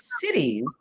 cities